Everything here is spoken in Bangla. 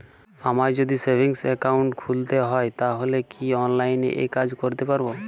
আমায় যদি সেভিংস অ্যাকাউন্ট খুলতে হয় তাহলে কি অনলাইনে এই কাজ করতে পারবো?